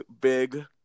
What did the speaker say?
big